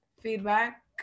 feedback